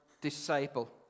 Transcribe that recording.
disciple